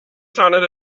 sounded